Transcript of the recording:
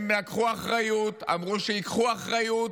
הם לקחו אחריות, אמרו שייקחו אחריות,